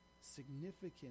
significant